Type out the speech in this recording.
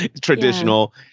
traditional